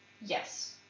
Yes